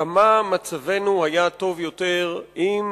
כמה מצבנו היה טוב יותר אם,